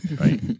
right